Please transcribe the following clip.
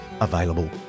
available